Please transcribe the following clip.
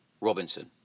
Robinson